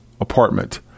apartment